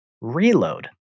Reload